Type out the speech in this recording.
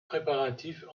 préparatifs